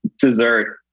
Dessert